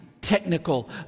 technical